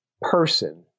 person